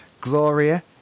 Gloria